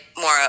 more